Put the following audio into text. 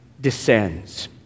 descends